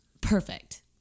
perfect